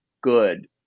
good